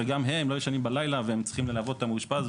שגם הם לא ישנים בלילה והם צריכים ללוות את המאושפז,